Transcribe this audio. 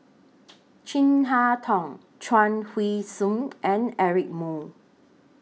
Chin Harn Tong Chuang Hui Tsuan and Eric Moo